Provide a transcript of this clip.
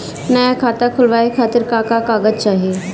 नया खाता खुलवाए खातिर का का कागज चाहीं?